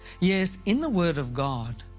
yes, in the word of god,